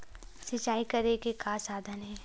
सिंचाई करे के का साधन हे?